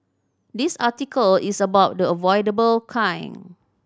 this article is about the avoidable kind